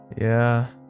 Yeah